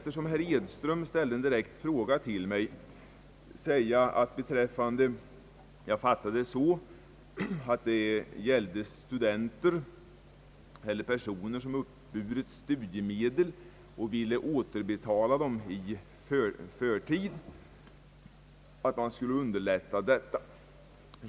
Herr Edström ställde en direkt fråga till mig, och jag fattade honom så att det gällde personer som uppburit studiemedel och ville återbetala dem i förtid; han önskade att man skulle underlätta detta.